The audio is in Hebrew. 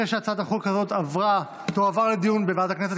הצעת החוק הזאת תועבר לדיון לוועדת הכנסת